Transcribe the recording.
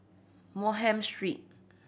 Bonham Street